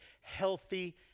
healthy